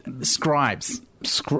scribes